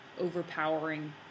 overpowering